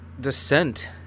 descent